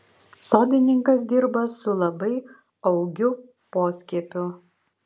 sodininkas dirba su labai augiu poskiepiu